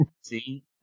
See